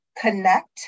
connect